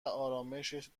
آرامِشت